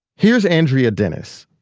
here's andrea dennis,